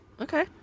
Okay